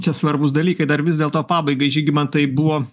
čia svarbūs dalykai dar vis dėlto pabaigai žygimantai buvo